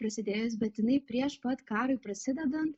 prasidėjus bet jinai prieš pat karui prasidedant